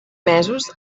mesos